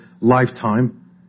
lifetime